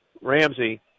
Ramsey